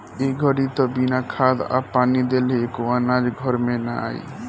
ए घड़ी त बिना खाद आ पानी देले एको अनाज घर में ना आई